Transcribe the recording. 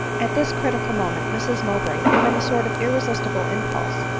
at this critical moment mrs mowbray, from a sort of irresistible impulse,